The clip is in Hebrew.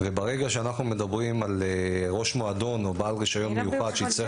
ברגע שאנחנו מדברים על בעל רישיון מיוחד שיצטרך